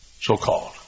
so-called